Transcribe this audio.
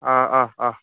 अ अ अ